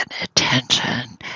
attention